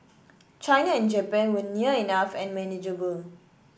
China and Japan were near enough and manageable